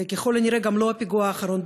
וככל הנראה גם לא הפיגוע האחרון,